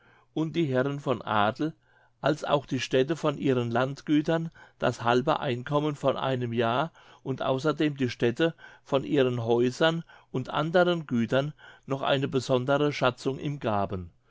und die herren von adel als auch die städte von ihren landgütern das halbe einkommen von einem jahr und außerdem die städte von ihren häusern und anderen gütern noch eine besondere schatzung ihm gaben